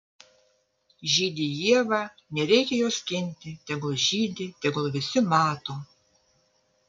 žydi ieva nereikia jos skinti tegul žydi tegul visi mato